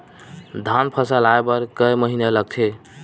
धान फसल आय बर कय महिना लगथे?